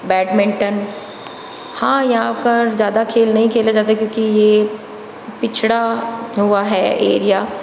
badminton हाँ यहाँ पर ज़्यादा खेल नहीं खेले जाते क्योंकि ये पिछड़ा हुआ है एरिया